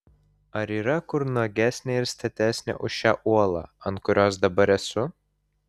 ar yra kur nuogesnė ir statesnė už šią uolą ant kurios dabar esu